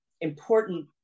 important